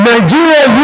Nigeria